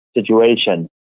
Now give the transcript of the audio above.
situation